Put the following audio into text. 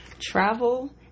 Travel